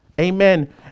amen